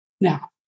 now